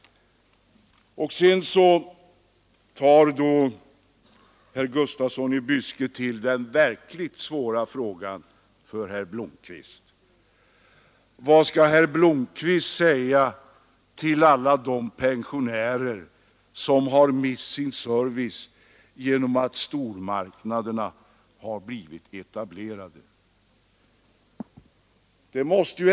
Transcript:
Sedan tar herr Gustafsson i Byske till den enligt hans mening verkligt svåra frågan för herr Blomkvist: Vad skall herr Blomkvist säga till alla de pensionärer som mist sin service genom att stormarknaderna har etablerats?